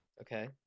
okay